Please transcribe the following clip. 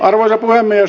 arvoisa puhemies